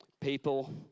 people